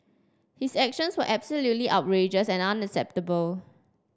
his actions were absolutely outrageous and unacceptable